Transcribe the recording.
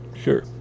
Sure